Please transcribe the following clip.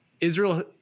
Israel –